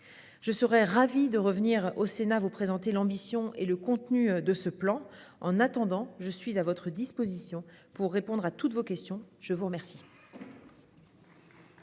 Je serai ravie de revenir au Sénat vous présenter l'ambition et le contenu de ce plan. En attendant, je suis à votre disposition pour répondre à toutes vos questions. Nous allons